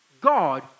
God